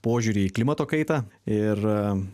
požiūrį į klimato kaitą ir